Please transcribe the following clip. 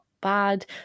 bad